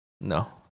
No